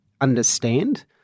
understand